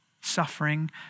suffering